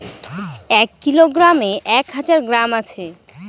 এক কিলোগ্রামে এক হাজার গ্রাম আছে